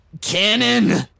Cannon